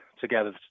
together